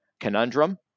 conundrum